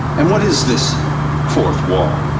and what is this fourth wall,